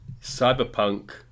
cyberpunk